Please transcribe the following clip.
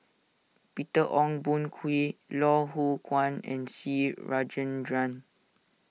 Peter Ong Boon Kwee Loh Hoong Kwan and C Rajendran